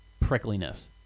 prickliness